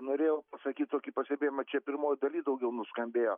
norėjau pasakyt tokį pastebėjimą čia pirmoj dalyj daugiau nuskambėjo